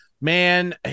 man